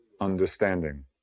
understanding